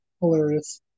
hilarious